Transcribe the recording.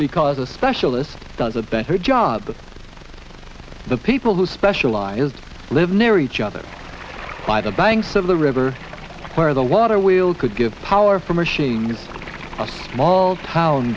because a specialist does a better job than the people who specializes live near each other by the banks of the river where the water wheel could give power for machines small town